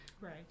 Right